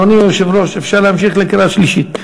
אדוני היושב-ראש, אפשר להמשיך לקריאה שלישית.